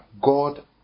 God